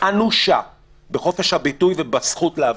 אנושה בחופש הביטוי ובזכות להפגין.